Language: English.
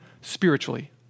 spiritually